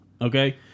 Okay